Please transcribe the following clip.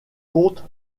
compte